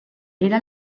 era